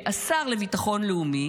שהשר לביטחון לאומי